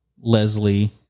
Leslie